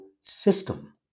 system